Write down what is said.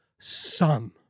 son